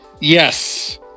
yes